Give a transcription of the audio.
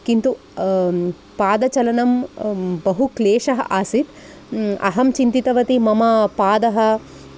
किन्तु पादचलनं बहुक्लेशः आसीत् अहं चिन्तितवती मम पादः